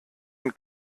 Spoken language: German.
und